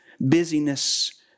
busyness